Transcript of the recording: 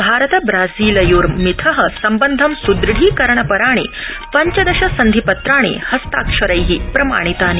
भारत ब्राजीलयोर्मिथ सम्बन्धं सुदृढीकरण पराणि पञ्चदश सन्धिपत्राणि हस्ताक्षरै प्रमाणितानि